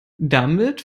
damit